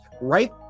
right